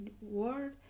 world